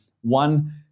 one